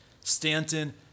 Stanton